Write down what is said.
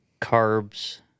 carbs